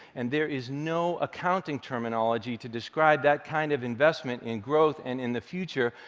and there is no accounting terminology to describe that kind of investment in growth and in the future,